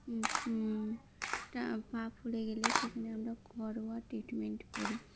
তা পা ফুলে গেলে সেখানে আমরা ঘরোয়া ট্রিটমেন্ট করি